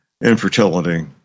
infertility